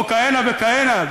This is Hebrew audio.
או כהנה וכהנה.